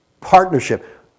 Partnership